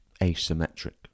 asymmetric